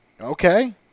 Okay